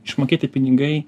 išmokėti pinigai